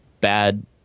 bad